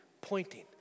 pointing